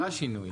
זה השינוי.